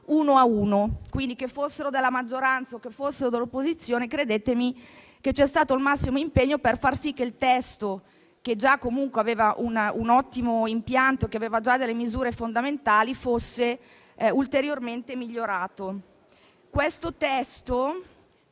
che per l'Aula, che fossero della maggioranza o dell'opposizione. Credetemi che c'è stato il massimo impegno per far sì che il testo, che già comunque aveva un ottimo impianto con le sue misure fondamentali, fosse ulteriormente migliorato. Il testo